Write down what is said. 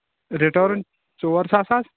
return ژور ساس حظ